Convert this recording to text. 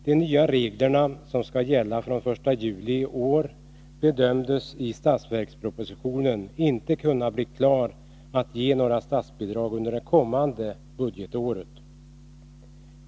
De nya regler som skall gälla från den 1 juli i år bedömdes i budgetpropositionen inte kunna bli klara så att man kunde ge några statsbidrag under det kommande budgetåret.